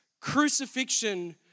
crucifixion